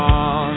on